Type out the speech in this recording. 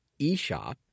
eShop